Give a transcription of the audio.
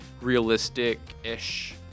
realistic-ish